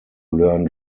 learn